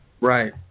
Right